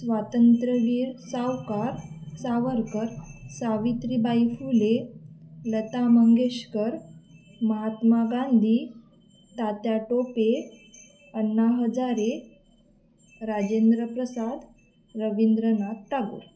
Swatantryaveer Savkar Savarkar Savitri Bai Phule Lata Mangeshkar Mahatma Gandhi Tatya Tope Anna Hazare Rajendra Prasad Rabindranath Tagore